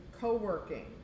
co-working